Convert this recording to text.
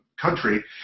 country